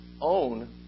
own